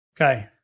Okay